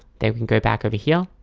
then we can go back over here